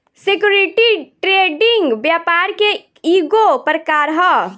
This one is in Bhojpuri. सिक्योरिटी ट्रेडिंग व्यापार के ईगो प्रकार ह